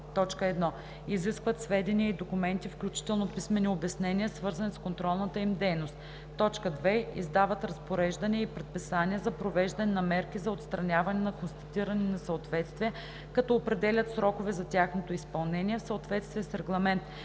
1. изискват сведения и документи, включително писмени обяснения, свързани с контролната им дейност; 2. издават разпореждания и предписания за провеждане на мерки за отстраняване на констатирани несъответствия, като определят срокове за тяхното изпълнение, в съответствие с Регламент